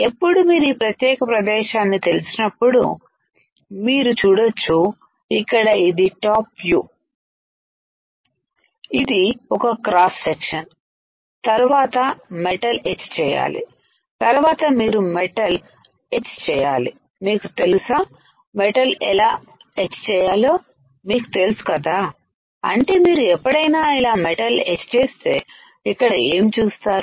ఎప్పుడు మీరు ఈ ప్రత్యేక ప్రదేశాన్ని తెలిసినప్పుడు మీరు చూడొచ్చు ఇక్కడ ఇది టాప్ వ్యూ top view ఇది ఒక క్రాస్ సెక్షన్ తరువాత మెటల్ ఎచ్ చేయాలి తరువాత మీరు మెటల్ ఎచ్h చేయాలి మీకు తెలుసా మెటల్ ఎలా ఎచ్ చేయాలో మీకు తెలుసు కదా అంటే మీరు ఎప్పుడైనా ఇలా మెటల్ ఎచ్ చేస్తే ఇక్కడ ఏం చూస్తారు